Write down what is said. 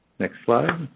next slide.